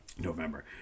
November